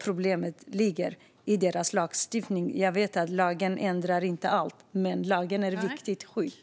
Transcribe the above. Problemet ligger i deras lagstiftning. Jag vet att lagen inte ändrar allt, men lagen är ett viktigt skydd.